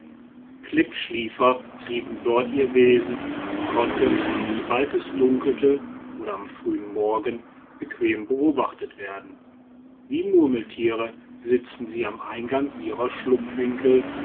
klippschliefer trieben dort ihr wesen und konnten sobald es dunkelte oder am frühen morgen bequem beobachtet werden wie murmeltiere sitzen sie am eingang ihrer schlupfwinkel